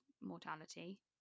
mortality